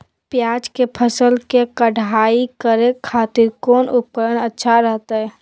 प्याज के फसल के कोढ़ाई करे खातिर कौन उपकरण अच्छा रहतय?